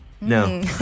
No